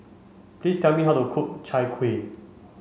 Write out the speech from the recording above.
please tell me how to cook Chai Kuih